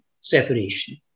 separation